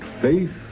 faith